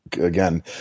again